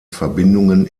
verbindungen